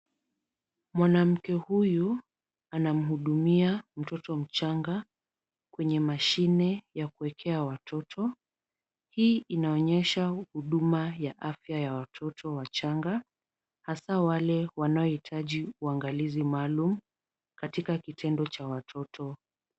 Mwanamke huyu anamuhudumia mtoto mchanga kwenye mashine ya kuekea watoto. Hii inaonyesha huduma ya afya ya watoto wachanga, hasaa wale wanaohitaji uangalizi maalum katika kitendo cha watoto.